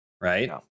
right